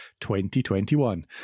2021